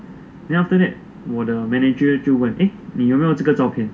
then after that 我的 the manager 就问 eh 你有没有这个照片